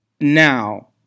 Now